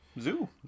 zoo